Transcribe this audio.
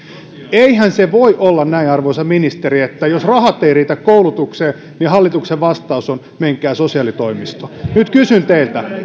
eihän se voi olla näin arvoisa ministeri että jos rahat eivät riitä koulutukseen niin hallituksen vastaus on menkää sosiaalitoimistoon nyt kysyn teiltä